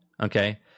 okay